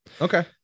Okay